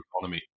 economy